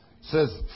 says